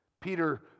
Peter